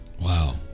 Wow